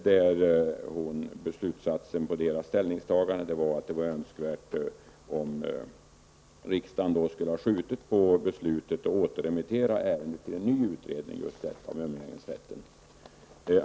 Där tyckte man att det var önskvärt att riksdagen skulle ha skjutit på beslutet och återremitterat ärendet till en ny utredning om umgängesrätten.